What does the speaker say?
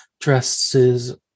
dresses